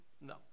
No